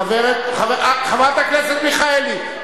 חברת הכנסת מיכאלי,